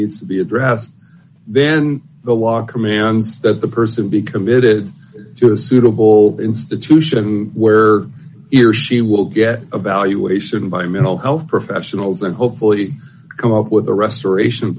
needs to be addressed then the law commands that the person be committed to a suitable institution where he or she will get evaluation by mental health professionals and hopefully come up with a restoration